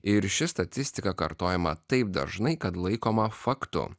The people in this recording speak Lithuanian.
ir ši statistika kartojama taip dažnai kad laikoma faktu